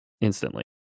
instantly